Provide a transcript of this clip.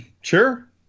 Sure